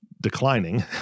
declining